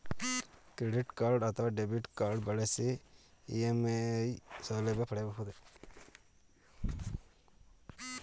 Credit card ಅಥವಾ debit card ಬಳಸಿ EMI ಸೌಲಭ್ಯ ಪಡೆಯಬಹುದೇ?